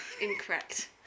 Incorrect